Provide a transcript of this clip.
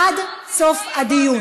עד סוף הדיון,